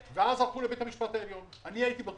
בית המשפט העליון אמר: יש כאן אנשים עם זכויות,